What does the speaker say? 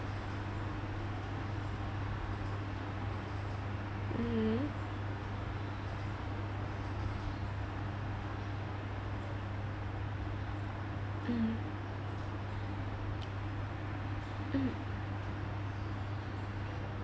mmhmm mm mm